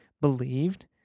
believed